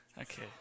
Okay